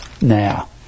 Now